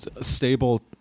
stable